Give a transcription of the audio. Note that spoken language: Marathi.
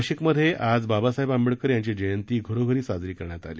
नाशिकमध्ये आज बाबासाहेब आंबेडकर यांची जयंती घरोघरी साजरी करण्यात आली